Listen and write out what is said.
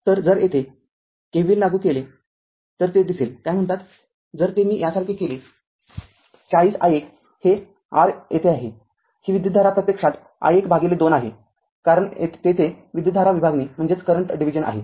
तरजर येथे KVL लागू केलेते r दिसेल काय म्हणतात जर ते मी यासारखे केले ४० i१ हे आणि हे r येथे आहे ही विद्युतधारा प्रत्यक्षात i१भागिले २ आहे कारण तेथे विद्युतधारा विभागणी आहे